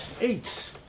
Eight